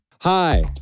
Hi